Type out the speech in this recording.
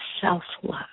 self-love